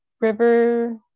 River